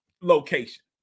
location